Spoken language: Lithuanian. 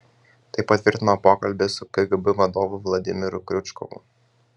tai patvirtino pokalbis su kgb vadovu vladimiru kriučkovu